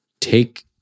take